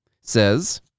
says